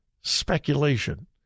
speculation